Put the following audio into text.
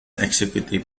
executive